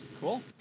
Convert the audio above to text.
Cool